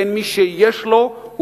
בין מי שיש לו,